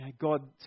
God